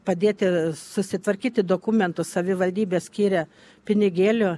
padėti susitvarkyti dokumentus savivaldybė skiria pinigėlių